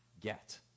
get